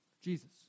Jesus